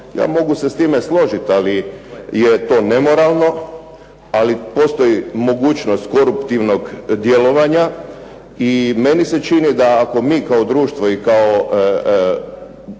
Ja mogu se s time složiti, ali je to nemoralno. Ali postoji mogućnost koruptivnog djelovanja. I meni se čini da ako mi kao društvo i kao najveće